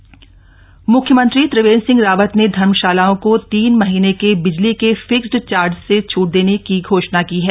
धर्मशालाओं को राहत मुख्यमंत्री त्रिवेन्द्र सिंह रावत ने धर्मशालाओं को तीन महीने के बिजली के फिक्सड चार्ज से छट देने की घोषणा की है